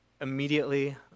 immediately